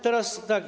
Teraz tak.